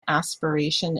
aspiration